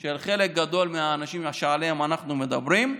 של חלק מהאנשים שאנחנו מדברים עליהם.